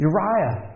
Uriah